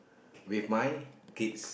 with my kids